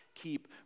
keep